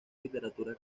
literatura